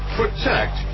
protect